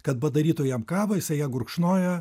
kad padarytų jam kavą jisai ją gurkšnoja